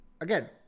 again